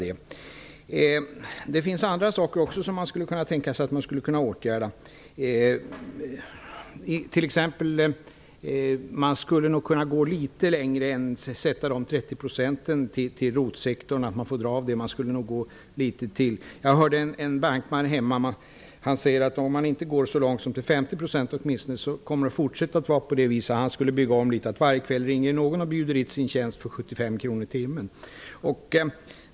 Det finns också andra saker som skulle kunna åtgärdas. Man skulle t.ex. kunna gå litet längre när det gäller ROT-sektorn och de 30 procenten som får dras av. Jag hörde en bankman hemma säga att om man inte går så långt som till åtminstone 50 % kommer det att fortsätta att vara på samma sätt. Han skulle bygga om, och varje kväll ringer det någon och erbjuder sina tjänster för 75 kronor i timmen.